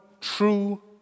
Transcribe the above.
true